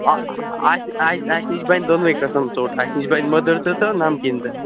آ اَسہِ اَسہِ نِش بَنہِ دۄنوٕے قٔسٕم ژوٚٹ اَسہِ نِش بَنہِ مٔدٕر تِتہِ نَمکیٖن تہِ